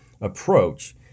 approach